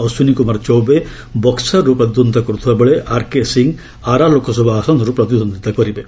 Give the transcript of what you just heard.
ଅଶ୍ୱିନୀ କୁମାର ଚୌବେ ବକ୍ୱର୍ରୁ ପ୍ରତିଦ୍ୱନ୍ଦ୍ୱିତା କର୍ଥିବାବେଳେ ଆର୍କେ ସିଂ ଆରା ଲୋକସଭା ଆସନରୁ ପ୍ରତିଦ୍ୱନ୍ଦିତା କରିବେ